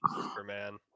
Superman